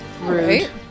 right